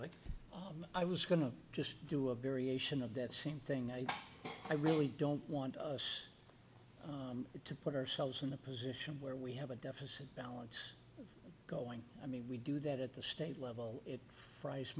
i was going to just do a variation of that same thing i really don't want us to put ourselves in a position where we have a deficit balance going i mean we do that at the state level it fries